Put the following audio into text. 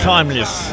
Timeless